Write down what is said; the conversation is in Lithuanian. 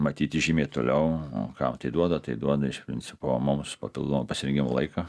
matyti žymiai toliau ką tai duoda tai duoda iš principo mums papildomo pasirengimo laiką